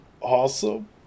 Awesome